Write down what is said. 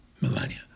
Melania